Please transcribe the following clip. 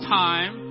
time